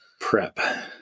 Prep